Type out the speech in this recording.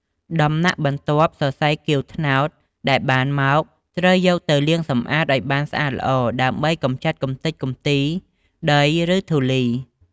ដំណាក់់បន្ទាប់ សរសៃគាវត្នោតដែលបានមក ត្រូវយកទៅលាងសម្អាតឲ្យបានស្អាតល្អ ដើម្បីកម្ចាត់កម្ទេចកំទីដី ឬធូលី។